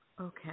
Okay